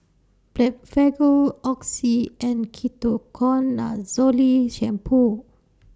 Blephagel Oxy and Ketoconazole Shampoo